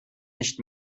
nicht